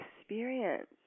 experience